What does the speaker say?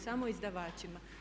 Samo izdavačima.